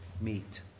meet